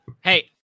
hey